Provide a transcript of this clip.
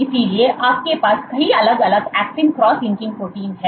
इसलिए आपके पास कई अलग अलग ऐक्टिन क्रॉस लिंकिंग प्रोटीन हैं